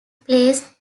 placed